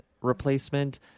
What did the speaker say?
replacement